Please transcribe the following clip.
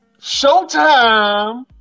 Showtime